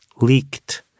leaked